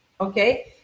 Okay